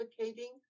advocating